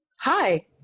Hi